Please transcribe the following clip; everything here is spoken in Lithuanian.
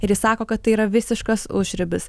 ir jis sako kad tai yra visiškas užribis